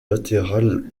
latéral